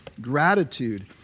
gratitude